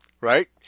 right